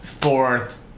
fourth